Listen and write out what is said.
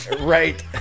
Right